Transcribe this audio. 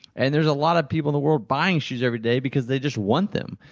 and there's a lot of people in the world buying shoes every day because they just want them.